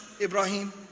Ibrahim